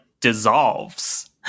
dissolves